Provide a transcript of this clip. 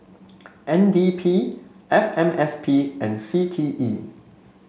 N D P F M S P and C T E